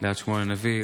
ליד שמואל הנביא,